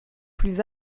plus